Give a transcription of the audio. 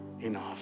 enough